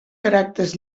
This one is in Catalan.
caràcters